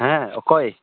ᱦᱮᱸ ᱚᱠᱚᱭ